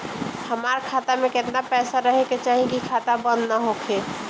हमार खाता मे केतना पैसा रहे के चाहीं की खाता बंद ना होखे?